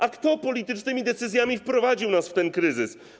A kto politycznymi decyzjami wprowadził nas w ten kryzys?